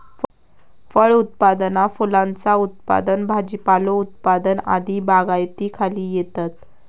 फळ उत्पादना फुलांचा उत्पादन भाजीपालो उत्पादन आदी बागायतीखाली येतत